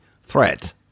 threat